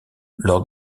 lors